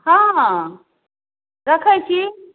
हँ हँ रखैत छी